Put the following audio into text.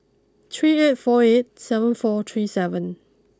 three eight four eight seven four three seven